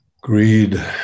Greed